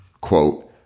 Quote